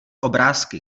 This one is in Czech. obrázky